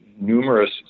numerous